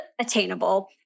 attainable